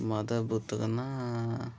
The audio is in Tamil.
மத புத்தகன்னால்